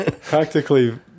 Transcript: practically